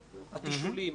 התשאולים,